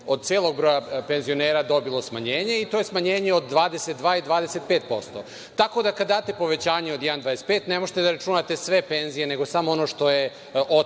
od celog broja penzionera dobilo smanjenje. To je smanjenje od 22 i 25%. Kada date povećanje od 1,25, ne možete da računate sve penzije, nego samo ono što je oteto,